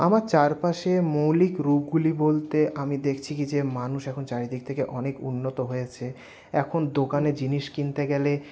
আমার চারপাশে মৌলিক রূপগুলি বলতে আমি দেখছি কি যে মানুষ এখন চারিদিক থেকে অনেক উন্নত হয়েছে এখন দোকানে জিনিস কিনতে গেলে